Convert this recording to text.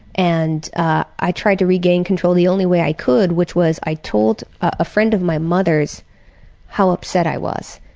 and i tried to regain control the only way i could, which was i told a friend of my mother's how upset i was.